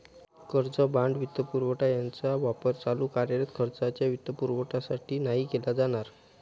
कर्ज, बाँड, वित्तपुरवठा यांचा वापर चालू कार्यरत खर्चाच्या वित्तपुरवठ्यासाठी नाही केला जाणार